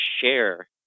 share